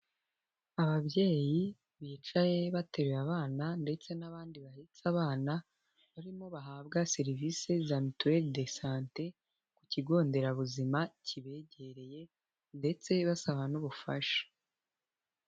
Ababyeyi bicaye bateruye abana ndetse n'abandi bahetsi abana barimo bahabwa serivisi za mituelle de sante ku kigo nderabuzima kibegereye ndetse basaba n'ubufasha.